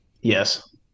Yes